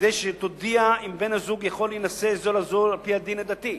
כדי שתודיע אם בני-הזוג יכולים להינשא זה לזו על-פי הדין הדתי,